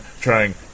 trying